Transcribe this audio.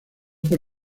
por